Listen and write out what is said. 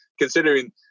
considering